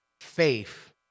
faith